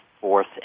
fourth